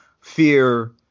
fear